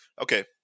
Okay